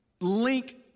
link